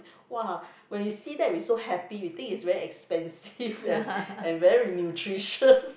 !wah! when we see that we so happy we think it's very expensive and very nutritious